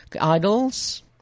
Idols